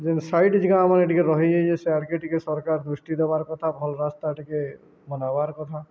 ଯେନ୍ ସାଇଡ଼୍ ଜାଗାମାନ୍କେ ଟିକେ ରହି ଯେ ସେ ଆର୍କେ ଟିକେ ସରକାର ଦୃଷ୍ଟି ଦେବାର୍ କଥା ଭଲ ରାସ୍ତା ଟିକେ ବନାବାର୍ କଥା